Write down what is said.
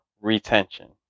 retention